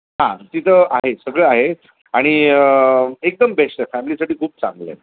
हां तिथं आहे सगळं आहे आणि एकदम बेस्ट फॅमिलीसाठी खूप चांगलं आहे